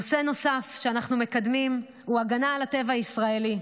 נושא נוסף שאנחנו מקדמים הוא הגנה על הטבע הישראלי,